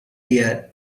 year